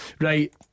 Right